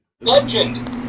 Legend